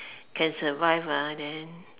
can survive ah then